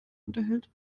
unterhält